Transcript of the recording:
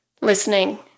listening